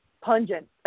pungent